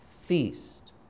feast